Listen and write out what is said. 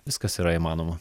viskas yra įmanoma